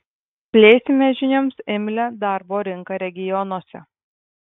plėsime žinioms imlią darbo rinką regionuose